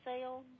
sale